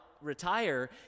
retire